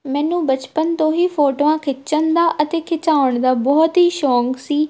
ਮੈਨੂੰ ਬਚਪਨ ਤੋਂ ਹੀ ਫੋਟੋਆਂ ਖਿੱਚਣ ਦਾ ਅਤੇ ਖਿਚਵਾਉਣ ਦਾ ਬਹੁਤ ਹੀ ਸ਼ੌਂਕ ਸੀ